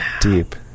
Deep